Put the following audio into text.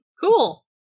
Cool